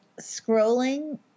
scrolling